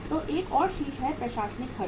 तो एक और शीर्ष है प्रशासनिक खर्च